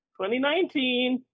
2019